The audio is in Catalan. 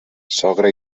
sogra